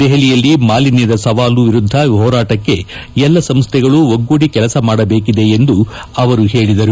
ದೆಹಲಿಯಲ್ಲಿ ಮಾಲಿನ್ಯದ ಸವಾಲು ವಿರುದ್ದ ಹೋರಾಟಕ್ಕೆ ಎಲ್ಲ ಸಂಸ್ಥೆಗಳು ಒಗ್ಗೂಡಿ ಕೆಲಸ ಮಾಡಬೇಕಿದೆ ಎಂದು ಅವರು ಹೇಳಿದ್ದಾರೆ